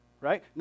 right